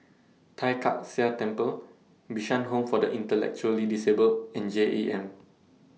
Tai Kak Seah Temple Bishan Home For The Intellectually Disabled and J E M